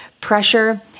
pressure